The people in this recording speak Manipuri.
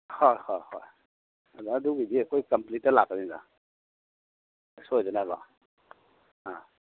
ꯍꯣꯏ ꯍꯣꯏ ꯍꯣꯏ ꯑꯗꯨ ꯑꯗꯨꯒꯤꯗꯤ ꯑꯩꯈꯣꯏ ꯀꯝꯄ꯭ꯂꯤꯠꯇ ꯂꯥꯛꯀꯅꯤꯗ ꯁꯣꯏꯗꯅꯕ ꯑ